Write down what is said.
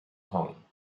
kong